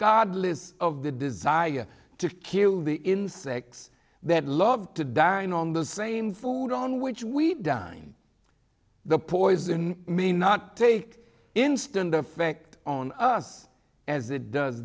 godless of the desire to kill the insects that love to dine on the same food on which we dine the poison may not take instant effect on us as it does